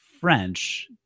French